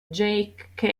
jake